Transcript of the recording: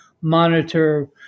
monitor